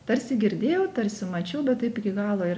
tarsi girdėjau tarsi mačiau bet taip iki galo ir